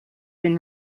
been